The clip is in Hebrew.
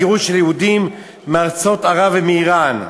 הגירוש של יהודים מארצות ערב ומאיראן,